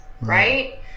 right